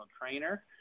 trainer